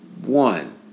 One